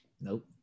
Nope